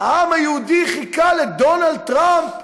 העם היהודי חיכה לדונלד טראמפ,